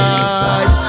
inside